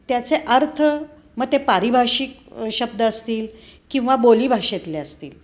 त्याचे अर्थ मग ते पारिभाषिक शब्द असतील किंवा बोलीभाषेतले असतील